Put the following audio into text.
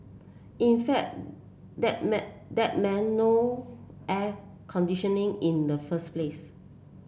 in fact that that meant no air conditioning in the first place